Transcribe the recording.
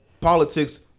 politics